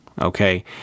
Okay